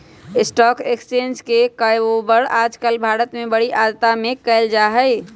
stock exchange के काएओवार आजकल भारत में बडी तादात में कइल जा हई